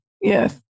yes